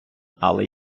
але